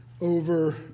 over